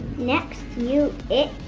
next, you, it's,